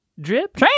Drip